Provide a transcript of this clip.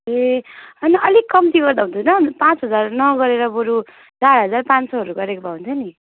ए अन्त अलिक कम्ती गर्दा हुँदैन पाँच हजार न गरेर बरु चार हजार पाँच सयहरू गरेको भए हुने थियो नि